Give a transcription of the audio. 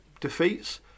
defeats